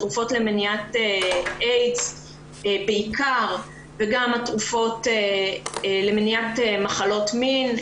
התרופות למניעת איידס והתרופות למניעת מחלות מין,